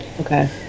okay